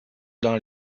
dans